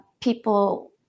People